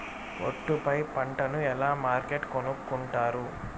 ఒట్టు పై పంటను ఎలా మార్కెట్ కొనుక్కొంటారు?